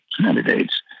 candidates